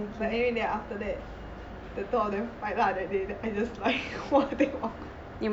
but anyway after that the two of them fight lah that day then I am just like !wah! damn awkward